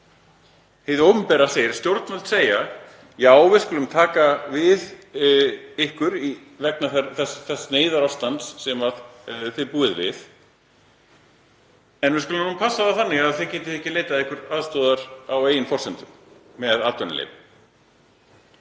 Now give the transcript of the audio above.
Hið opinbera segir, stjórnvöld segja: Já, við skulum taka við ykkur vegna þess neyðarástands sem þið búið við. En við skulum passa upp á að þið getið ekki leitað ykkur aðstoðar á eigin forsendum með atvinnuleyfi.